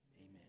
amen